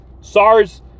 SARS